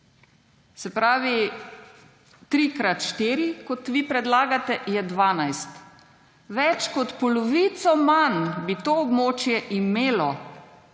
Se pravi – 3 krat 4, kot vi predlagate, je 12. Več kot polovico manj bi to območje imelo